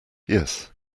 yes